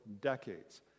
decades